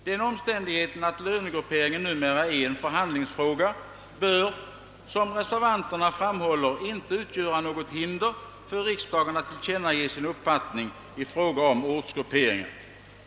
Den omständigheten att lönegrupperingen numera är en förhandlingsfråga bör — som reservanterna framhåller — inte utgöra något hinder för riksdagen att tillkännage sin uppfattning i fråga om ortsgrupperingen.